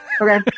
Okay